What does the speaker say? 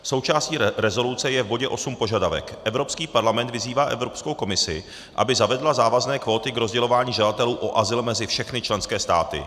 Součástí rezoluce je v bodě osm požadavek: Evropský parlament vyzývá Evropskou komisi, aby zavedla závazné kvóty k rozdělování žadatelů o azyl mezi všechny členské státy.